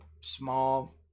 small